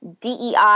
DEI